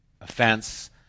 offense